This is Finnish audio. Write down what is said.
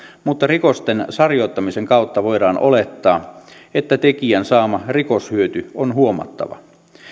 mutta rikosten sarjoittamisen kautta voidaan olettaa että tekijän saama rikoshyöty on huomattava